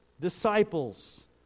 disciples